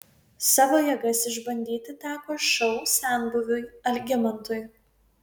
savo jėgas išbandyti teko šou senbuviui algimantui